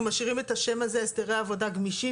אנחנו משאירים את השם הזה "הסדרי עבודה גמישים"?